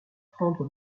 prendre